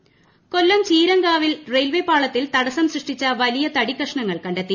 railway Kollam ചീരങ്കാവിൽ railway പാളത്തിൽ തടസം സൃഷ്ടിച്ചു വലിയ തടിക്കഷണങ്ങൾ കണ്ടെത്തി